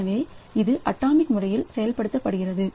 எனவே இது அட்டாமிக் முறையில் செயல்படுத்தப்படுகிறது